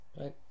right